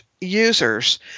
users